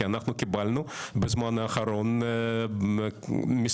כי אנחנו קיבלנו בזמן האחרון מספר